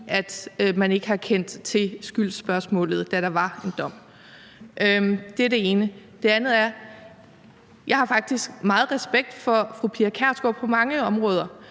man ikke har kendt til skyldsspørgsmålet, da der var en dom. Det er det ene. Det andet er, at jeg faktisk har meget respekt for fru Pia Kjærsgaard på mange områder,